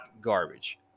garbage